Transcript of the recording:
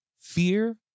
fear